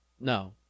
No